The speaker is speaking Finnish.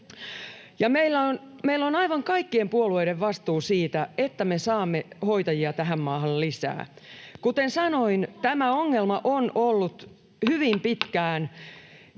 Meillä on aivan kaikkien puolueiden vastuu siitä, että me saamme hoitajia tähän maahan lisää. [Leena Meri: Te olette